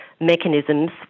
mechanisms